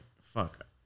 fuck